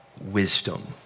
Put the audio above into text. wisdom